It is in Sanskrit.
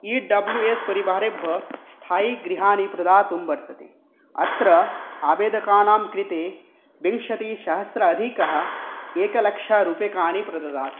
ई डब्लु एस् परिवारेभ्यः स्थायी गृहाणि प्रदातुं वर्तते अत्र आवेदकानां कृते विंशतिसहस्र अधिकः एक लक्षरूप्यकाणि प्रददाति